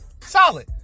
solid